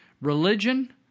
Religion